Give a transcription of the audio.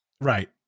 Right